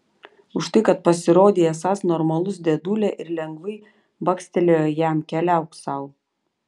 už tai kad pasirodei esąs normalus dėdulė ir lengvai bakstelėjo jam keliauk sau